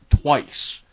twice